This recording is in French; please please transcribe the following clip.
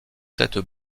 têtes